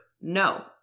No